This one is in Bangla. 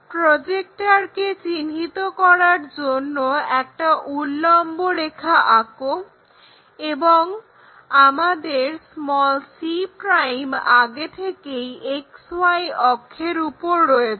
প্রজেক্টরকে চিহ্নিত করার জন্য একটা উল্লম্বরেখা আঁকো এবং আমাদের c' আগে থেকেই XY অক্ষের উপর রয়েছে